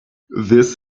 this